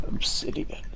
Obsidian